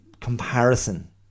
comparison